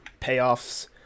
payoffs